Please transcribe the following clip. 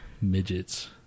midgets